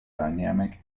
dynamic